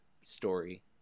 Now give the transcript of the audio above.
story